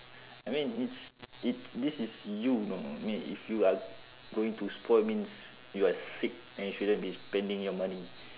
I mean it's it's this is you know mean if you are going to spoil means you are sick and you shouldn't be spending your money